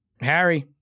Harry